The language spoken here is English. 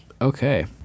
Okay